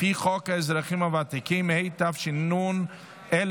לפי חוק האזרחים הוותיקים, התש"ן 1989,